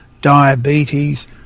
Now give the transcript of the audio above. diabetes